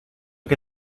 que